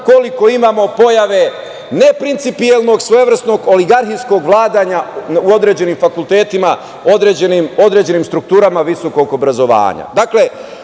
koliko imamo pojave neprincipijelnog svojevrsnog oligarhijskog vladanja u određenim fakultetima, određenim strukturama visokog obrazovanja. Dakle,